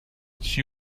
she